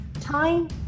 time